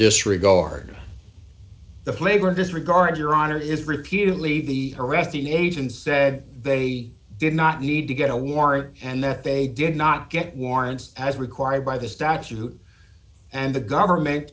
disregard the flagrant disregard your honor is repeatedly the arrest the agents said they did not need to get a warrant and that they did not get warrants as required by the statute and the government